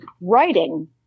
writing